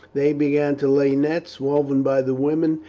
they began to lay nets, woven by the women,